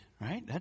Right